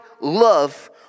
love